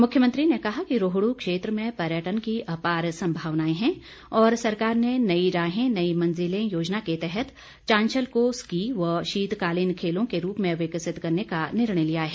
मुख्यमंत्री ने कहा कि रोहडू क्षेत्र में पर्यटन की अपार संभावनाएं हैं और सरकार ने नई राहें नई मंजिलें योजना के तहत चांशल को स्की व शीतकालीन खेलों के रूप में विकसित करने का निर्णय लिया है